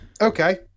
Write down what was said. Okay